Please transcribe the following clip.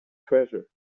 treasure